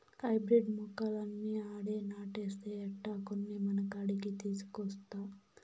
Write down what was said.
hybrid మొక్కలన్నీ ఆడే నాటేస్తే ఎట్టా, కొన్ని మనకాడికి తీసికొనొస్తా